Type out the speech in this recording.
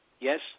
Yes